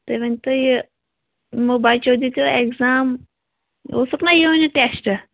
تُہۍ ؤنۍتو یہِ یمو بچو دِژٮ۪و ایٚگزام اوسُکھ نا یوٗنِٹ ٹیٚسٹہٕ